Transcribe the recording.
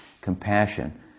compassion